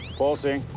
pulsing.